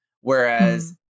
Whereas